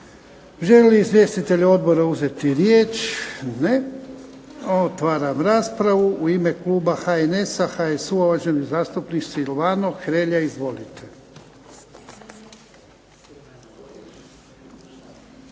li izvjestitelji odbora uzeti riječ? Ne. Otvaram raspravu. U ime kluba HNS-a, HSU-a, uvaženi zastupnik Silvano Hrelja. Izvolite.